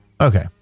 Okay